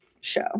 show